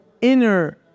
inner